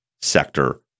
Sector